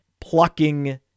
plucking